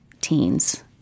teens